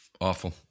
awful